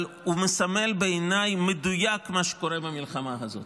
אבל הוא מסמל בעיניי במדויק את מה שקורה במלחמה הזאת.